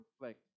reflect